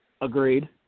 Agreed